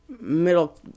middle